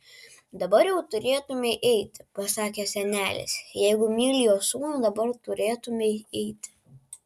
dabar jau turėtumei eiti pasakė senelis jeigu myli jo sūnų dabar turėtumei eiti